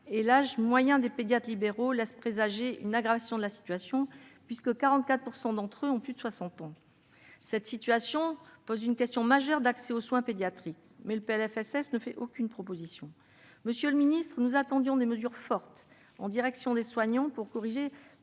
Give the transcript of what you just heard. et l'âge moyen des pédiatres libéraux laisse présager une aggravation de la situation, puisque 44 % d'entre eux ont plus de 60 ans. Cette situation pose une question majeure d'accès aux soins pédiatriques. Mais ce PLFSS ne formule aucune proposition. Monsieur le ministre, nous attendions des mesures fortes en direction des soignants pour corriger